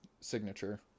signature